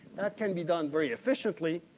that can be done very efficiently.